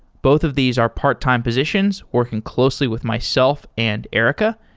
both of these are part-time positions working closely with myself and erica.